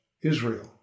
Israel